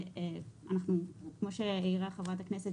כמו שהעירה חברת הכנסת,